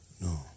no